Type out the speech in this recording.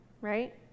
right